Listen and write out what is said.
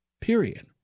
period